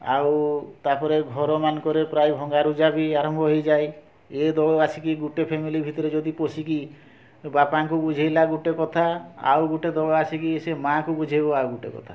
ଆଉ ତା'ପରେ ଘର ମାନଙ୍କରେ ପ୍ରାୟ ଭଙ୍ଗା ରୁଜା ବି ଆରମ୍ଭ ହୋଇଯାଏ ଏ ଦଳ ଆସିକି ଗୋଟେ ଫ୍ୟାମିଲି ଭିତରେ ଯଦି ପଶିକି ବାପାଙ୍କୁ ବୁଝେଇଲେ ଗୋଟେ କଥା ଆଉ ଗୋଟେ ଦଳ ଆସିକି ସେ ମାଆକୁ ବୁଝେଇବ ଆଉ ଗୋଟେ କଥା